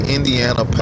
Indiana